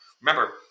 Remember